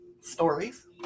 stories